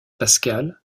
pascal